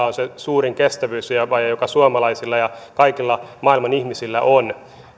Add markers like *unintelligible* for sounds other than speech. *unintelligible* on se suurin kestävyysvaje joka suomalaisilla ja kaikilla maailman ihmisillä on